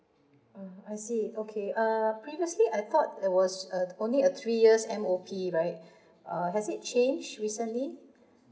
mm I see okay uh previously I thought I was uh only a three years M_O_P right err has it changed recently